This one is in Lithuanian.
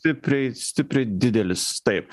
stipriai stipriai didelis taip